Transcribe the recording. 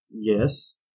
Yes